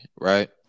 right